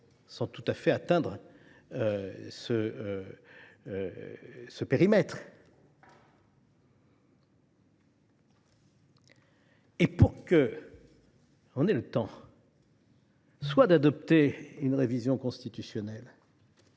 sans tout à fait atteindre ce périmètre. Aussi, pour que l’on ait le temps soit d’adopter une révision constitutionnelle,